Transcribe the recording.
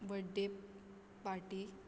birthday party